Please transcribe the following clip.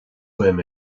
uaim